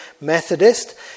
Methodist